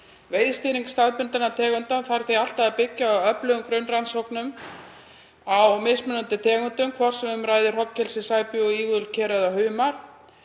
Veiðistýring staðbundinna tegunda þarf því alltaf að byggja á öflugum grunnrannsóknum á mismunandi tegundum, hvort sem um ræðir hrognkelsi, sæbjúgu, ígulker eða humar.